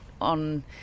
on